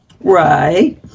Right